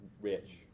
rich